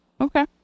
okay